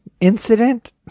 Incident